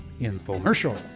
infomercial